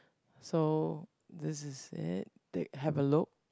so this is it take have a look